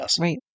right